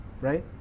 right